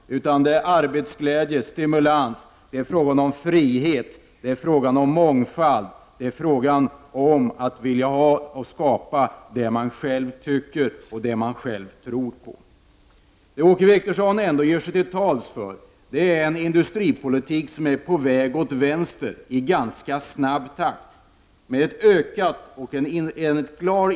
Det är fråga om arbetsglädje, stimulans, frihet och mångfald. Det gäller att skapa det som man själv tror på. Det som Åke Wictorsson talar för är en industripolitik som i ganska snabb takt är på väg åt vänster.